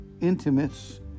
intimates